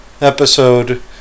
episode